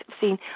seen